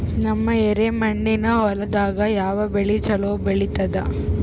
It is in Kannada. ನಮ್ಮ ಎರೆಮಣ್ಣಿನ ಹೊಲದಾಗ ಯಾವ ಬೆಳಿ ಚಲೋ ಬೆಳಿತದ?